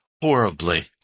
horribly